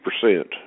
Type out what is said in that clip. percent